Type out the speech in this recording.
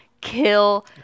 kill